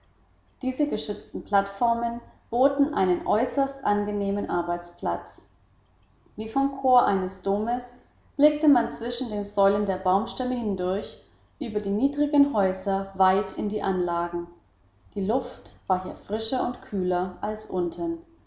diese geschützten plattformen boten einen äußerst angenehmen arbeitsplatz wie vom chor eines domes blickte man zwischen den säulen der baumstämme hindurch über die niedrigen häuser weit in die anlagen die luft war hier frischer und kühler als unten